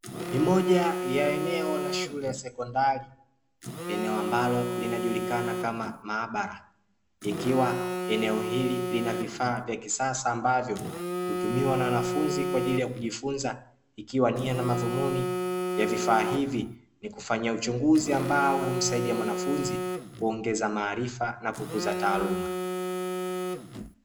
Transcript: Ni moja ya eneo la shule ya sekondari eneo ambalo linajulikana kama maabara, ikiwa eneo hili lina vifaa vya kisasa ambavyo hutumiwa na wanafunzi kwa ajili ya kujifunza ikiwa nia na madhumuni ya vifaa hivi ni kufanya uchunguzi ambao humsaidia mwanafunzi kuongeza maarifa na kukuza taaluma.